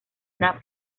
una